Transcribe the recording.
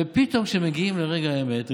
ופתאום כשמגיעים לרגע האמת,